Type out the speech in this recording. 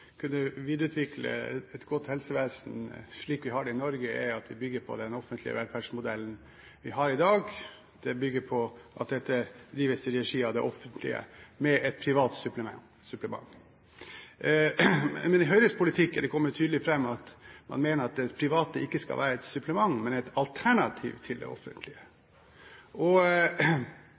kunne videreutvikle et godt helsevesen, som vi har i Norge, er at vi bygger på den offentlige velferdsmodellen vi har i dag. Den bygger på at helsevesenet drives i regi av det offentlige, med et privat supplement. Men i Høyres politikk er det kommet tydelig fram at man mener at det private ikke skal være et supplement, men et alternativ til det offentlige.